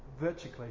virtually